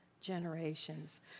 generations